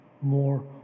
more